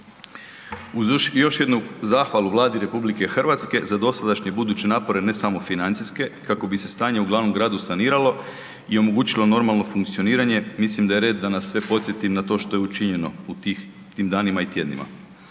Uz još jednu zahvalu Vladi RH za dosadašnje i buduće napore ne samo financijske kako bi se stanje u glavnom gradu saniralo i omogućilo normalno funkcioniranje mislim da je red da nas sve podsjetim na to što je učinjeno u tih, u tim danima i tjednima.